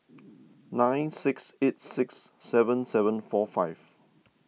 nine six eights six seven seven four five